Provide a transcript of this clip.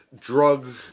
drug